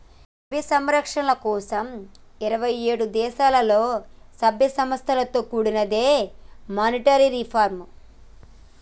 ద్రవ్య సంస్కరణల కోసం ఇరవై ఏడు సభ్యదేశాలలో, సభ్య సంస్థలతో కూడినదే మానిటరీ రిఫార్మ్